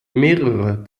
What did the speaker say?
mehrere